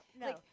no